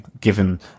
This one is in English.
given